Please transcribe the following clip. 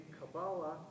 Kabbalah